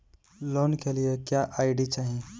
Loan के लिए क्या आई.डी चाही?